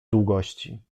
długości